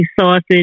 sausage